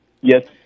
yes